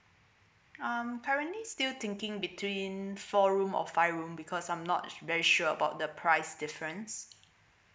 um currently still thinking between four room or five room because I'm not very sure about the price difference